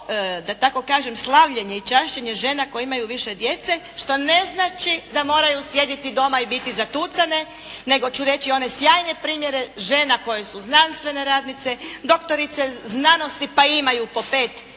da tako kažem slavljenje i čašćenje žena koje imaju više djece što ne znači da moraju sjediti doma i biti zatucane, nego ću reći one sjajne primjere žena koje su znanstvene radnice, doktorice znanosti pa imaju po 5